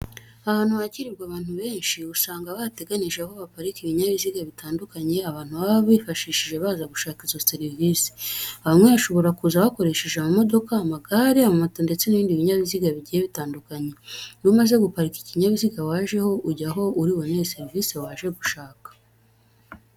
Ahantu hakwirirwa abantu benshi, usanga barateganije aho baparika ibinyabiziga bitandukanye abantu baba bifashishije baza gushaka izo serivise. Bamwe bashobora kuza bakoresheje amamodoka, amagare, amamoto ndetse n'ibindi binyabiziga bigiye bitandukanye. Iyo umaze guparika ikinyabiziga wajeho ujya aho uri bubonere serivise waje gushaka.